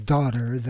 Daughter